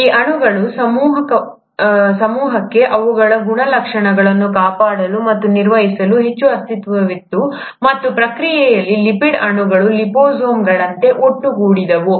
ಈ ಅಣುಗಳ ಸಮೂಹಕ್ಕೆ ಅವುಗಳ ಗುಣಲಕ್ಷಣಗಳನ್ನು ಕಾಪಾಡಲು ಮತ್ತು ನಿರ್ವಹಿಸಲು ಹೆಚ್ಚು ಅಸ್ತಿತ್ವವಿತ್ತು ಮತ್ತು ಪ್ರಕ್ರಿಯೆಯಲ್ಲಿ ಲಿಪಿಡ್ ಅಣುಗಳು ಲಿಪೊಸೋಮ್ಗಳಂತೆ ಒಟ್ಟುಗೂಡಿದವು